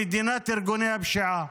היא מדינת ארגוני הפשיעה.